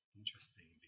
interesting